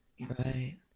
Right